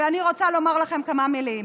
ואני רוצה לומר לכם כמה מילים.